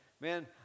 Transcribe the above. man